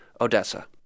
Odessa